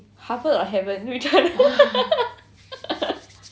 harvard or heaven which one